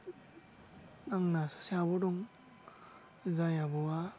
आंना सासे आब' दं जाय आब'आ